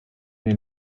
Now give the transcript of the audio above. den